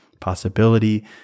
possibility